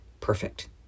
perfect